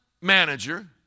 manager